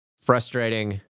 frustrating